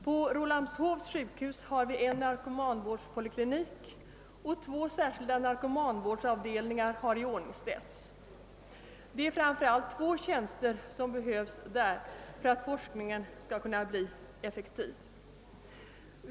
På Rålambshovs sjukhus har vi en narkomanvårdspoliklinik, och två särskilda narkomanvårdsavdelningar har iordningställts. Det är framför allt två tjänster som behövs för att forskningen där skall kunna bli effektiv.